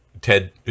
ted